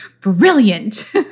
Brilliant